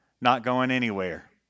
not-going-anywhere